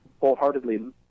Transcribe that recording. wholeheartedly